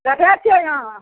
देखै छिए अहाँ